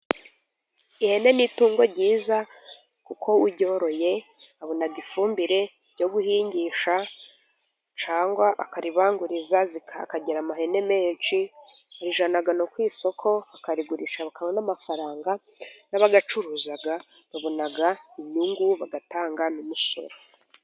Ihene ni itungo ryiza, kuko uryoroye abona ifumbire yo guhingisha cyangwa akaribanguriza akagira ihene nyinshi. Yarijyana no ku isoko akarigurisha akabana amafaranga. N'abazicuruza babona inyungu bagatanga n'umusoro.